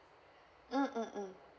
mm mm mm